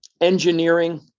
engineering